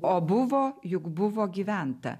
o buvo juk buvo gyventa